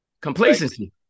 complacency